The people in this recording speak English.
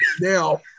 Now